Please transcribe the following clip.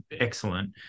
excellent